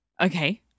Okay